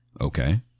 okay